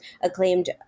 acclaimed